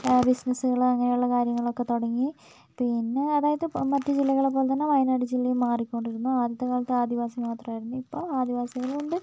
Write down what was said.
ബിസിനസ്സുകൾ അങ്ങനെയുള്ള കാര്യങ്ങളൊക്കെ തുടങ്ങി പിന്നെ അതായത് മറ്റ് ജില്ലകളെപ്പോലെ തന്നെ വയനാട് ജില്ലയും മാറിക്കൊണ്ടിരുന്നു ആദ്യത്തെ കാലത്ത് ആദിവാസി മാത്രമായിരുന്നു ഇപ്പോൾ ആദിവാസികളുമുണ്ട്